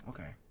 Okay